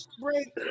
break